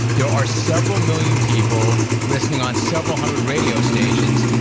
there are several million people listening on several hundred radio stations,